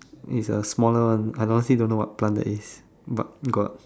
it's a smaller one I honestly don't know what plant that is